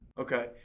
Okay